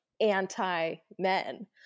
anti-men